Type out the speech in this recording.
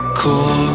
cool